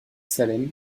salem